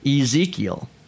Ezekiel